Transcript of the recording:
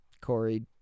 Corey